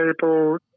people